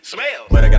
Smell